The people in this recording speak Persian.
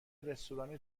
رستوران